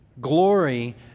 Glory